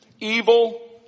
evil